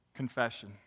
Confession